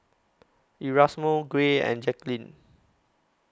Erasmo Gray and Jacquline